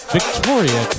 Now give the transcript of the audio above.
victoria